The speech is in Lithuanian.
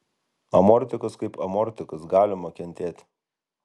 amortikas kaip amortikas galima kentėti